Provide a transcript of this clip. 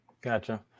gotcha